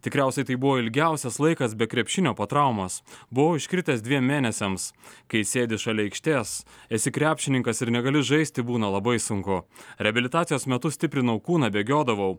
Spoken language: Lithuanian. tikriausiai tai buvo ilgiausias laikas be krepšinio po traumos buvau iškritęs dviem mėnesiams kai sėdi šalia aikštės esi krepšininkas ir negali žaisti būna labai sunku reabilitacijos metu stiprinau kūną bėgiodavau